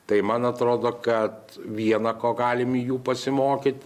tai man atrodo kad viena ko galim į jų pasimokyt